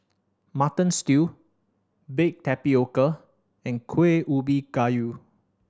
Mutton Stew baked tapioca and Kueh Ubi Kayu